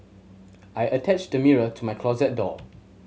I attached the mirror to my closet door